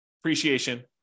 appreciation